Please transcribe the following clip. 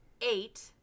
eight